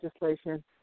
legislation